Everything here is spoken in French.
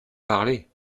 parler